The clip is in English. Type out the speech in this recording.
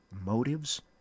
motives